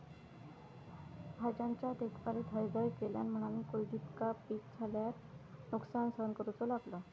भाज्यांच्या देखभालीत हयगय केल्यान म्हणान कुलदीपका पीक झाल्यार नुकसान सहन करूचो लागलो